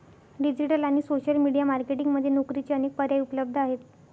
digital आणि social media marketing मध्ये नोकरीचे अनेक पर्याय उपलब्ध आहेत